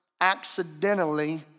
accidentally